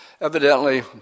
Evidently